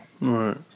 right